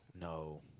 No